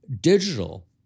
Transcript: Digital